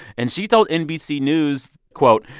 and she told nbc news, quote,